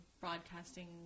broadcasting